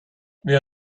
wer